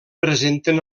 presenten